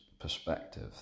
perspective